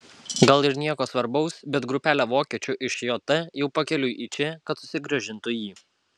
gal ir nieko svarbaus bet grupelė vokiečių iš jt jau pakeliui į čia kad susigrąžintų jį